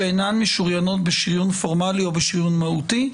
שאינן משוריינות בשריון פורמלי או בשריון מהותי,